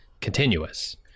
continuous